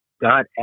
God